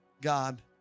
God